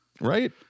right